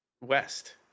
west